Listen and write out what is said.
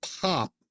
pop